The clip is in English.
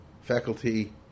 faculty